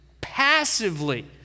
passively